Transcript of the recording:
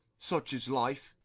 such is life!